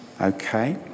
okay